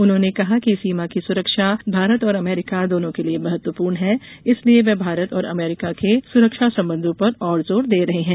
उन्होंने कहा कि सीमा की सुरक्षा भारत और अमरीका दोनों के लिए महत्वपूर्ण है इसलिए वह भारत और अमरीका के सुरक्षा संबंधों पर और जोर दे रहे हैं